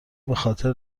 بخاطر